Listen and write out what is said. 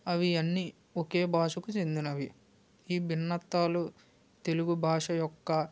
అవి అన్నీ ఒకే భాషకు చెందినవి ఈ భిన్నత్వాలు తెలుగు భాష యొక్క